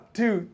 two